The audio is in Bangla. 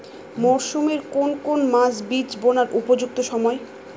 মরসুমের কোন কোন মাস বীজ বোনার উপযুক্ত সময়?